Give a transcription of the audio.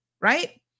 right